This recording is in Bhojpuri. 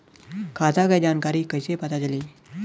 खाता के जानकारी कइसे पता चली?